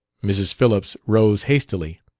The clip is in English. mrs. phillips rose hastily.